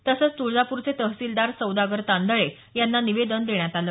तसंच तुळजापूरचे तहसीलदार सौदागर तांदळे यांना निवेदन देण्यात आलं